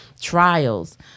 Trials